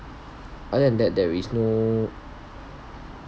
other than that there is no